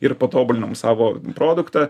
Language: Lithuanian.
ir patobulinom savo produktą